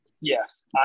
Yes